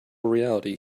reality